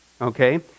Okay